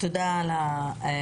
תודה רבה על ההצגה,